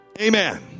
Amen